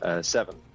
Seven